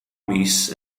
mis